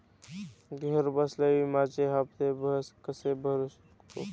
घरबसल्या विम्याचे हफ्ते कसे भरू शकतो?